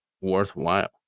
worthwhile